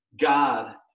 God